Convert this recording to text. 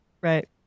Right